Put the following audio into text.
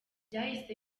byahise